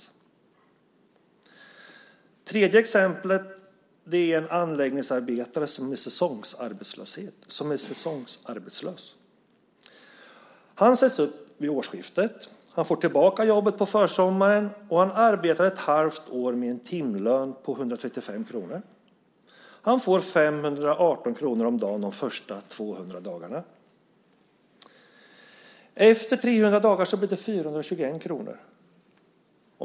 Det tredje exemplet är en anläggningsarbetare som är säsongsarbetslös. Han sägs upp vid årsskiftet. Han får tillbaka jobbet på försommaren och arbetar ett halvt år med en timlön på 135 kr. Han får 518 kr om dagen de första 200 dagarna. Efter 300 dagar blir det 421 kr.